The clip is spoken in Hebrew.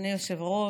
אדוני היושב-ראש,